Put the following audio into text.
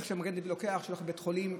על איך שמגן דוד לוקח ושולח לבית חולים,